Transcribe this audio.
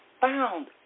found